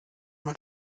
mal